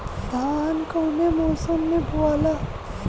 धान कौने मौसम मे बोआला?